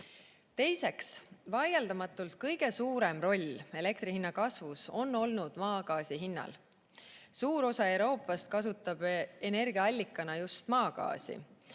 kordi. Teiseks, vaieldamatult kõige suurem roll elektrihinna kasvus on olnud maagaasihinnal. Suur osa Euroopast kasutab energiaallikana just maagaasi.